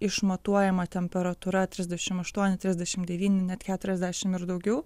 išmatuojama temperatūra trisdešim aštuoni trisdešim devyni net keturiasdešim ir daugiau